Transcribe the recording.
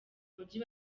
mujyi